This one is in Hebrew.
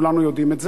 כולנו יודעים את זה,